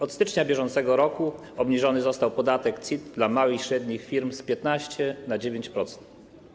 Od stycznia br. obniżony został podatek CIT dla małych i średnich firm z 15% do 9%